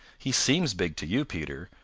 he seems big to you, peter,